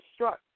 destruct